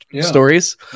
stories